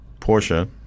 Porsche